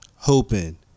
Hoping